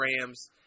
Rams